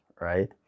right